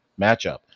matchup